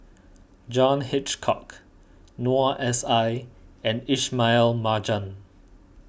John Hitchcock Noor S I and Ismail Marjan